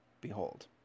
Behold